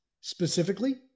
specifically